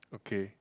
okay